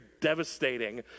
devastating